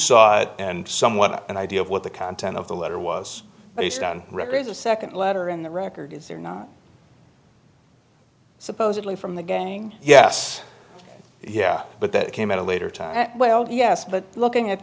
saw it and somewhat of an idea of what the content of the letter was based on records a second letter in the record is there not supposedly from the gang yes yeah but that came at a later time yes but looking at